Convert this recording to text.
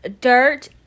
dirt